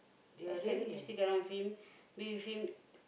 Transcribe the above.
expect me to stick around with him live with him